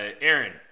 Aaron